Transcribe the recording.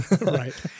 Right